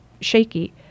shaky